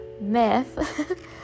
myth